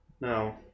No